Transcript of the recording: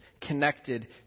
connected